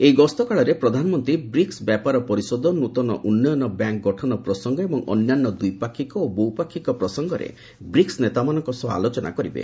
ଏହି ଗସ୍ତ କାଳରେ ପ୍ରଧାନମନ୍ତ୍ରୀ ବ୍ରିକ୍ନ ବ୍ୟାପାର ପରିଷଦ ନୂଆ ଉନ୍ନୟନ ବ୍ୟାଙ୍କ ଗଠନ ପ୍ରସଙ୍ଗ ଏବଂ ଅନ୍ୟାନ୍ୟ ଦ୍ୱିପାକ୍ଷିକ ଓ ବହୁପାକ୍ଷିକ ପ୍ରସଙ୍ଗରେ ବ୍ରିକ୍ନ ନେତାମାନଙ୍କ ସହ ଆଲୋଚନା କରିବେ